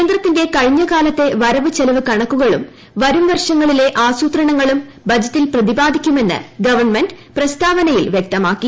കേന്ദ്രത്തിന്റെ കഴിഞ്ഞ കാലത്തെ വരവ് ചെലവ് കണക്കുകളും വരും വർഷങ്ങളിലെ ആസൂത്രണങ്ങളും ബജറ്റിൽ പ്രതിപാദിക്കുമെന്ന് ഗവൺമെന്റ് പ്രസ്താവനയിൽ വ്യക്തമാക്കി